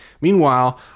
Meanwhile